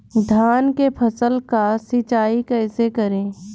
धान के फसल का सिंचाई कैसे करे?